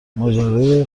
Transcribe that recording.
ماجرای